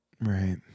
Right